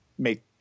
make